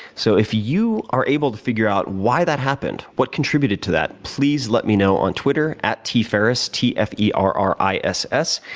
so, if you are able to figure out why that happened, what contributed to that, please, let me know on twitter at tferriss, t f e r r i s s.